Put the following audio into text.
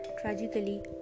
Tragically